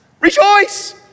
Rejoice